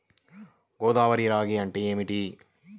గోదావరి రాగి అంటే ఏమిటి?